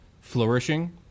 Flourishing